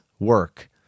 work